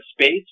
space